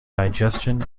digestion